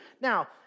Now